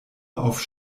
auf